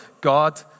God